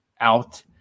out